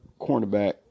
cornerback